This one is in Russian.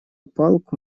палку